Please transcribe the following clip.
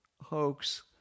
hoax